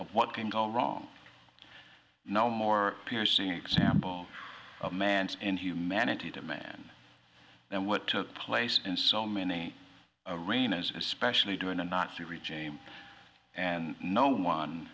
of what can go wrong no more piercing example of man's inhumanity to man and what took place in so many arenas especially during the nazi regime and no one